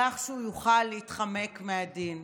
כך שהוא יוכל להתחמק מהדיון.